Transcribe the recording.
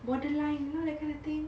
borderline you know that kind of thing